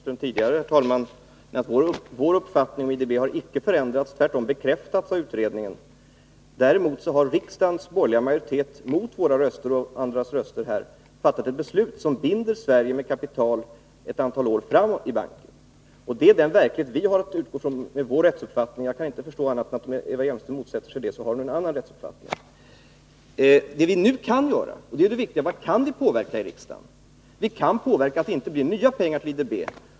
Herr talman! Jag har svarat Eva Hjelmström tidigare att vår uppfattning om IDB icke har förändrats. Den har tvärtom bekräftats av utredningen. Däremot har riksdagens borgerliga majoritet mot våra och även andras röster fattat ett beslut, som binder Sverige med kapital i banken ett antal år framåt. Det är den verklighet vi med vår rättsuppfattning har att utgå från. Jag kan inte förstå annat än att Eva Hjelmström, om hon motsätter sig detta, har en annan rättsuppfattning. Det viktiga är vad vi nu kan påverka i riksdagen, och vi kan påverka att det inte avsätts nya pengar till IDB.